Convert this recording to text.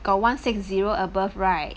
got one six zero above right